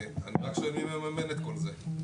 אני רק שואל מי מממן את כל זה.